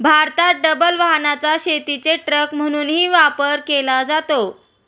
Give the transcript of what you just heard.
भारतात डबल वाहनाचा शेतीचे ट्रक म्हणूनही वापर केला जातो